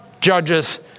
judges